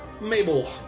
Mabel